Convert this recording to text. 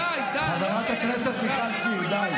חברת הכנסת מיכל שיר, די.